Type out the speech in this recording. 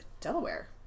Delaware